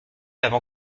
avant